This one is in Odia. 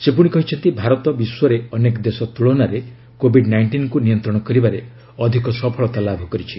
ସେ ପୁଣି କହିଛନ୍ତି ଭାରତ ବିଶ୍ୱର ଅନେକ ଦେଶ ତୁଳନାରେ କୋଭିଡ୍ ନାଇଷ୍ଟିନ୍କୁ ନିୟନ୍ତ୍ରଣ କରିବାରେ ଅଧିକ ସଫଳତା ଲାଭ କରିଛି